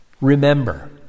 Remember